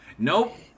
Nope